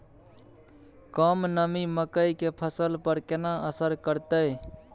कम नमी मकई के फसल पर केना असर करतय?